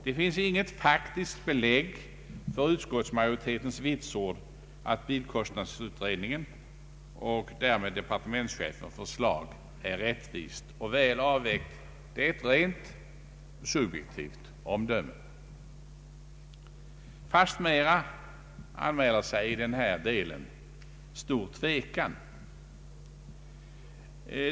Det finns inget faktiskt belägg för utskottsmajoritetens vitsord att bilkostnadsutredningen och därmed departementsche fens förslag är rättvist och väl avvägt. Det är ett rent subjektivt omdöme. I denna del råder fastmera stor tvekan.